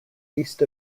east